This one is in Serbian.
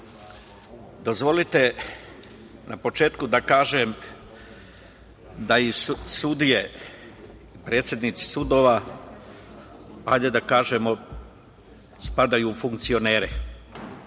dozvolite na početku da kažem da i sudije, predsednici sudova, hajde da kažemo, spadaju u funkcionere. Kada